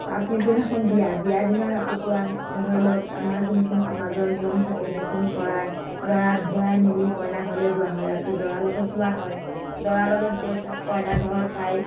তাৰ পিছদিনাখন বিয়া বিয়া দিনা ৰাতিপুৱা ধৰি লওক আমাৰ যোনখিনি সমাজৰ নিয়ম থাকে সেইখিনি কৰায় দৰা ধুৱাই মেলি কইনা ঘৰলে যোৱা হয় ৰাতি দৰা লগত যোৱা হয় দৰা লগত গৈ তাত কইনা ঘৰত পাই